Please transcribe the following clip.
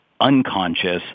unconscious